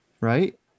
Right